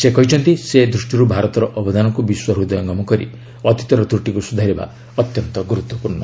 ସେ କହିଛନ୍ତି ସେ ଦୃଷ୍ଟିରୁ ଭାରତର ଅବଦାନକୁ ବିଶ୍ୱ ହୃଦୟଙ୍ଗମ କରି ଅତିତର ତୃଟିକୁ ସୁଧାରିବା ଅତ୍ୟନ୍ତ ଗୁରୁତ୍ୱପୂର୍ଣ୍ଣ